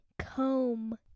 comb